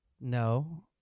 No